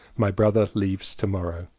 my brother leaves to-morrow.